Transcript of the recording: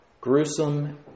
gruesome